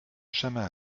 jamais